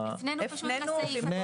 הפנינו לסעיף,